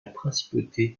principauté